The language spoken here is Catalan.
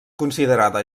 considerada